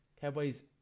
Cowboys